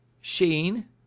Sheen